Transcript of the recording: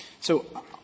So-